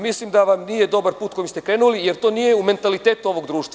Mislim da vam nije dobar put kojim ste krenuli, jer to nije u mentalitetu ovog društva.